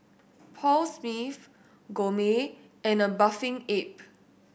Paul Smith Gourmet and A Bathing Ape